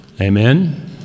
Amen